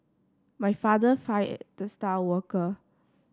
my father fired the star worker